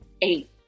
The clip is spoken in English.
eight